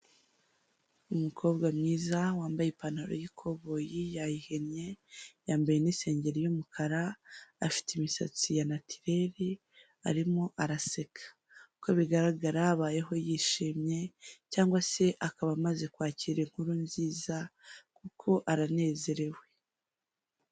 Umukobwa mwiza, wambaye ipantaro y'ikoboyi yahinnye, yambaye n'isengeri y'umukara, afite imisatsi ya natireri, arimo araseka; uko bigaragara abaho yishimye cyangwa se akaba amaze kwakira inkuru nziza kuko aranezerewe.